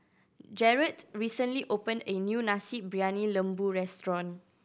Jarrett recently opened a new Nasi Briyani Lembu restaurant